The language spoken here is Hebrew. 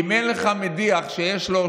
אם אין לך מדיח שיש לו,